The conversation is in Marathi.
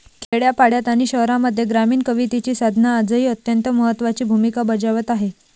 खेड्यापाड्यांत आणि शहरांमध्ये ग्रामीण कवितेची साधना आजही अत्यंत महत्त्वाची भूमिका बजावत आहे